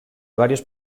varios